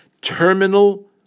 terminal